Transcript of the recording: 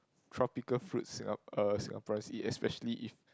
tropical fruits Singap~ uh Singaporeans eat especially if